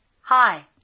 Hi